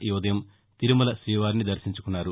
ఈ ఉదయం తిరుమల శీవారిని దర్భించుకున్నారు